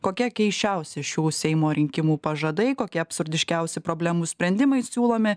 kokia keisčiausi šių seimo rinkimų pažadai kokie absurdiškiausi problemų sprendimai siūlomi